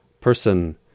person